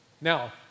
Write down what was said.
Now